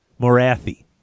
Morathi